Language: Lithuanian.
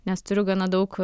nes turiu gana daug